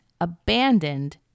abandoned